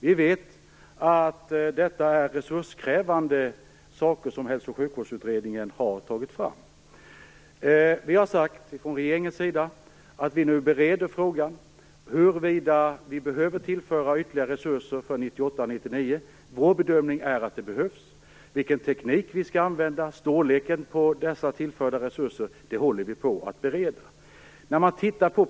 Vi vet att detta är resurskrävande saker. Vi har från regeringens sida sagt att vi nu bereder frågan huruvida vi behöver tillföra ytterligare resurser för 1998/99. Vår bedömning är att det behövs. Vilken teknik vi skall använda, storleken på dessa tillförda resurser håller vi på att bereda.